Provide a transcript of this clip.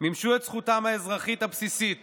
ומימשו את זכותם האזרחית הבסיסית